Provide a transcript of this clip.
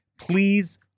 please